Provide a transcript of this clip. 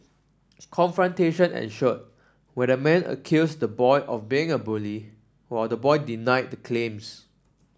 confrontation ensued where the man accused the boy of being a bully while the boy denied the claims